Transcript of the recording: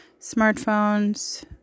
smartphones